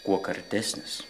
kuo kartesnis